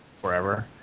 forever